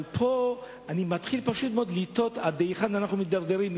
אבל אני מתחיל פשוט מאוד לתהות עד היכן אנחנו מידרדרים,